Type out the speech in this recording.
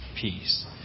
peace